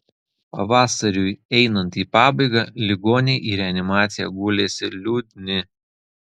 pavasariui einant į pabaigą ligoniai į reanimaciją gulėsi liūdni